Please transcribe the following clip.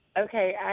Okay